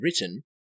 written